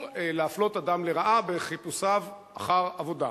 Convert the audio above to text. להפלות בגינן אדם לרעה בחיפושיו אחר עבודה.